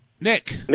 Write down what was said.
Nick